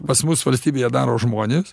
pas mus valstybėje daro žmonės